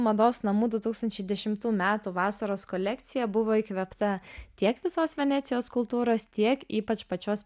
mados namų du tūkstančiai dešimtų metų vasaros kolekcija buvo įkvėpta tiek visos venecijos kultūros tiek ypač pačios